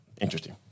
interesting